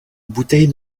bouteille